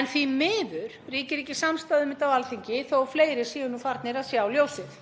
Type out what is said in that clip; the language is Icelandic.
En því miður ríkir ekki samstaða um þetta á Alþingi þó fleiri séu farnir að sjá ljósið.